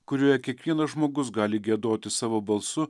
kurioje kiekvienas žmogus gali giedoti savo balsu